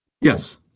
Yes